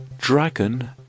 dragon